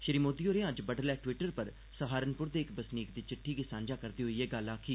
श्री मोदी होरें अज्ज बडलै ट्विटर पर सहारनपुर दे इक बसनीक दी चिट्ठी गी सांझा करदे होई एह गल्ल आक्खी